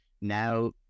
now